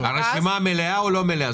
הרשימה מלאה או לא מלאה?